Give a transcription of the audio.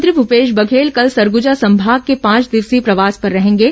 मुख्यमंत्री भूपेश बघेल कल से सरगूजा संभाग के पांच दिवसीय प्रवास पर रहेंगे